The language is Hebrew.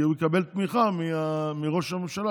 כי הוא יקבל תמיכה מראש הממשלה,